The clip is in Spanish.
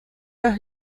los